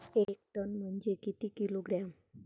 एक टन म्हनजे किती किलोग्रॅम?